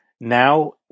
Now